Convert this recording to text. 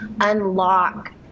unlock